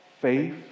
Faith